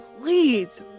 Please